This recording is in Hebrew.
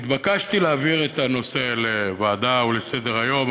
התבקשתי להעביר את הנושא לוועדה ולסדר-היום,